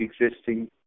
existing